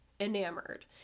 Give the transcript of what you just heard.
enamored